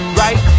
right